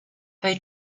they